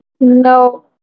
No